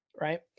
right